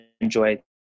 enjoy